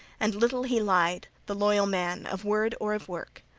and little he lied, the loyal man of word or of work.